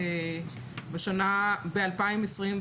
ב-2024,